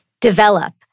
develop